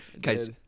guys